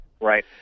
Right